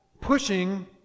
pushing